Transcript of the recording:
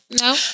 No